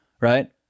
right